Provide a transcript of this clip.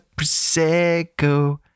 Prosecco